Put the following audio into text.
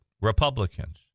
Republicans